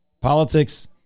politics